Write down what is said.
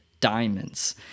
diamonds